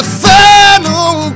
final